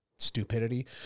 stupidity